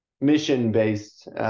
mission-based